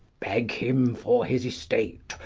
beg him for his estate,